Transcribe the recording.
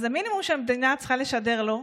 המינימום שהמדינה צריכה לשדר לו,